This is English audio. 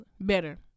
better